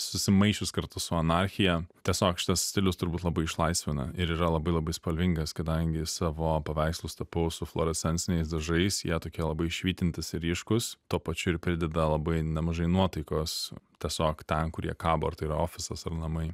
susimaišius kartu su anarchija tiesiog šitas stilius turbūt labai išlaisvina ir yra labai labai spalvingas kadangi savo paveikslus tapau su fluorescenciniais dažais jie tokie labai švytintys ir ryškus tuo pačiu ir prideda labai nemažai nuotaikos tiesiog ten kur jie kabo ar tai yra ofisas ar namai